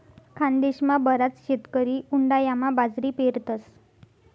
खानदेशमा बराच शेतकरी उंडायामा बाजरी पेरतस